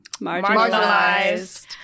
marginalized